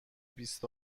بیست